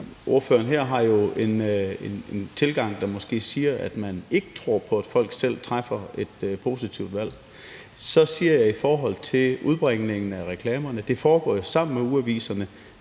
Spørgeren har jo en tilgang, der måske siger, at man ikke tror på, at folk selv træffer et positivt valg. Så siger jeg i forhold til udbringningen af reklamerne, at det jo foregår sammen med ugeaviserne